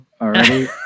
already